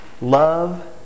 Love